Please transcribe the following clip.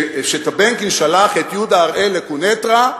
טבנקין שלח את יהודה הראל לקוניטרה.